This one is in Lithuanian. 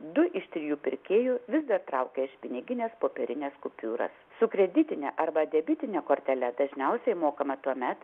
du iš trijų pirkėjų vis dar traukia iš piniginės popierines kupiūras su kreditine arba debitine kortele dažniausiai mokama tuomet